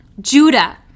Judah